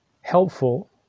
Helpful